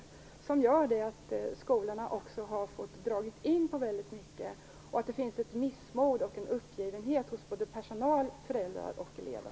Detta gör att även skolorna har fått dragit in på väldigt mycket. Det finns ett missmod och en uppgivenhet hos personal, föräldrar och elever.